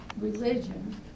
religion